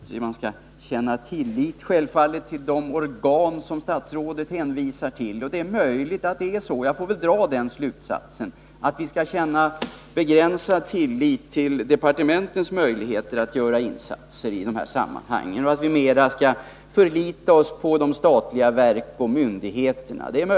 Självfallet skall man kunna känna tillit till de organ som statsrådet hänvisar till. Men det är möjligt — och jag får väl dra den slutsatsen — att vi måste känna begränsad tillit till departementens möjligheter att göra insatser i de här sammanhangen och att vi i större utsträckning skall förlita oss på de statliga verken och myndigheterna.